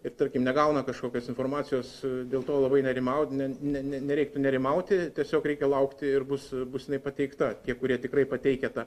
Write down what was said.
ir tarkim negauna kažkokios informacijos dėl to labai nerimaut ne ne ne nereiktų nerimauti tiesiog reikia laukti ir bus bus jinai pateikta tie kurie tikrai pateikia tą